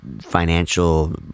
financial